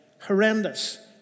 Horrendous